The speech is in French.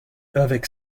avec